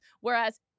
Whereas